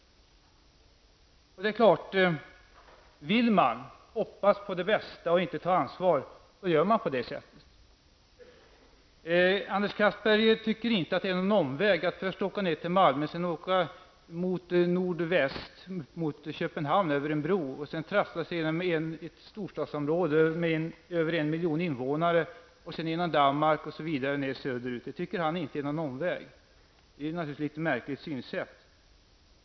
Vill man hoppas på det bästa men inte ta ansvar gör man naturligtvis på det viset. Anders Castberger tycker inte att det är en omväg att först åka ned till Malmö, sedan nordväst mot Köpenhamn över en bro och sedan trassla sig i ett storstadsområde med över 1 miljon invånare, vidare genom Danmark och söderut. Det tycker han alltså inte är en omväg. Det är ett märkligt synsätt.